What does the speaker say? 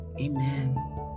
amen